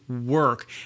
work